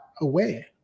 away